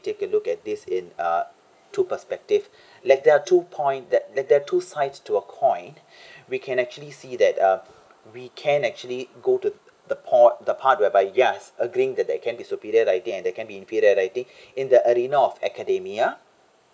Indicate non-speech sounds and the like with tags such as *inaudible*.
take a look at this in uh two perspective like there are two point that like there are two sides to a coin *breath* we can actually see that uh we can actually go to the the po~ the part whereby yes agreeing that there can be superior writing and there can be inferior writing *breath* in the arena of academia